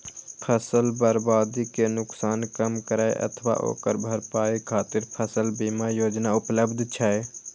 फसल बर्बादी के नुकसान कम करै अथवा ओकर भरपाई खातिर फसल बीमा योजना उपलब्ध छै